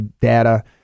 data